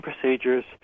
procedures